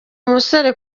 musore